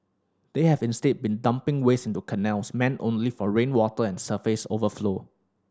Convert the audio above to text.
they have instead been dumping waste into canals meant only for rainwater and surface overflow